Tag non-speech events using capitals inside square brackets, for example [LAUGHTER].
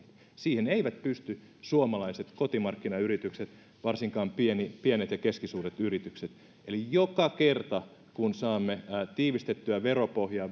siihen eivät pysty suomalaiset kotimarkkinayritykset varsinkaan pienet ja keskisuuret yritykset eli joka kerta kun saamme tiivistettyä veropohjaa [UNINTELLIGIBLE]